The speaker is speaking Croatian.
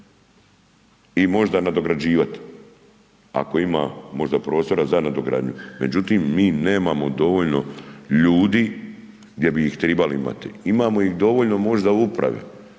i možda nadograđivati, ako ima možda prostora za nadogradnju, međutim mi nemamo dovoljno ljudi gdje bi ih tribali imati. Imamo ih dovoljno možda u upravi,